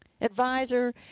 advisor